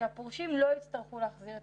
שהפורשים לא יצטרכו להחזיר את